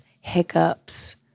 hiccups